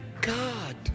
god